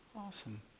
Awesome